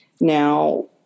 Now